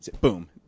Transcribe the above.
boom